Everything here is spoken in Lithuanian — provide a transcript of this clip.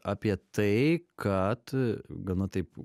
apie tai kad gana taip